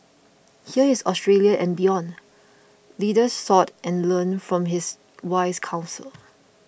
here is Australia and beyond leaders sought and learned from his wise counsel